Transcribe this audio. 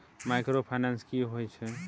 Microfinance की होय छै?